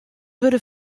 wurde